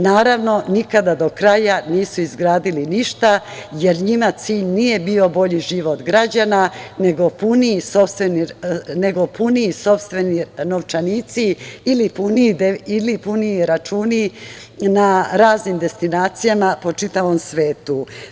Naravno, nikada do kraja nisu izgradili ništa jer njima cilj nije bio bolji život građana, nego puniji sopstveni novčanici ili puniji računi na raznim destinacijama po čitavom svetu.